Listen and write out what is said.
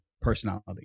personality